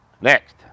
Next